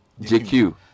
JQ